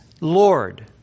Lord